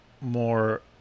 more